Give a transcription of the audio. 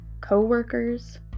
coworkers